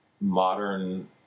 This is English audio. modern